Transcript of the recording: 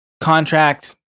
contract